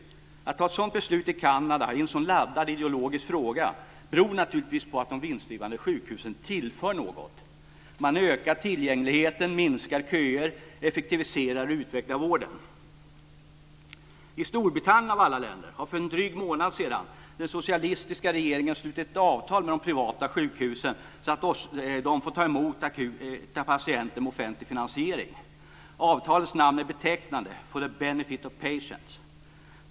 Att man har fattat ett sådant beslut i Kanada i en sådan laddad ideologisk fråga beror naturligtvis på att de vinstdrivande sjukhusen tillför något. Man ökar tillgängligheten, minskar köer, effektiviserar och utvecklar vården. I Storbritannien, av alla länder, har för en dryg månad sedan den socialistiska regeringen slutit ett avtal med de privata sjukhusen som innebär att de akut får ta emot patienter med offentlig finansiering. Avtalets namn är betecknande, For the benefit of patients.